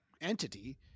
entity